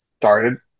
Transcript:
started